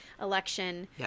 election